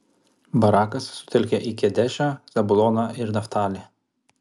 barakas sutelkė į kedešą zabuloną ir naftalį